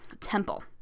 temple